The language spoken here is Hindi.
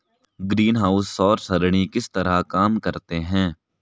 ग्रीनहाउस सौर सरणी किस तरह काम करते हैं